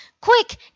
quick